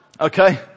Okay